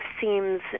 seems